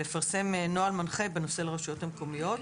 ולפרסם נוהל מנחה בנושא לרשויות המקומיות